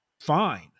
fine